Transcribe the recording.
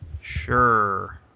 Sure